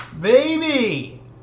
Baby